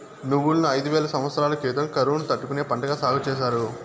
నువ్వులను ఐదు వేల సమత్సరాల క్రితం కరువును తట్టుకునే పంటగా సాగు చేసారు